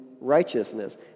righteousness